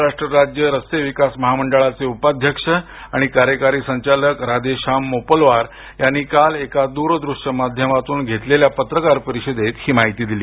महाराष्ट्र राज्य रस्ते विकास महामंडळाचे उपाध्यक्ष आणि कार्यकारी संचालक राधेश्याम मोपलवार यांनी काल एका दूर दृश्य माध्यमातून घेतलेल्या पत्रकार परिषदेत ही माहिती दिली